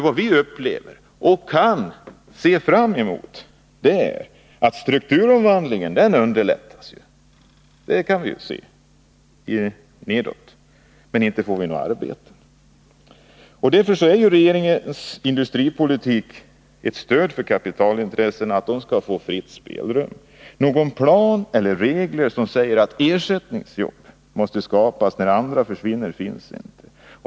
Vad vi upplever och kan se fram emot är ju att strukturomvandlingen underlättas — det kan vi se. Men inte får vi något arbete. I och för sig är regeringens industripolitik ett stöd för att kapitalintressena skall få fritt spelrum. Någon plan eller några regler som säger att ersättningsjobb måste skapas när gamla jobb försvinner finns inte.